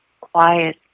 quiet